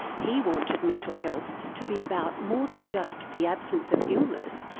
he wanted mental health to be about more than just the absence of illness,